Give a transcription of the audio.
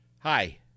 Hi